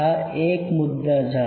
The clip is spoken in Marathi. हा एक मुद्दा झाला